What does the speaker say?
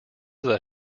that